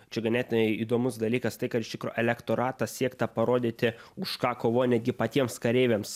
čia ganėtinai įdomus dalykas tai kad iš tikro elektoratą siekta parodyti už ką kovoja netgi patiems kareiviams